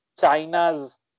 China's